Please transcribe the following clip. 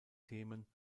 themen